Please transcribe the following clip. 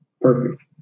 Perfect